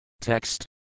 Text